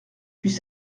puis